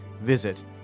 Visit